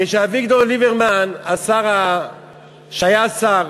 כשאביגדור ליברמן, כשהיה שר,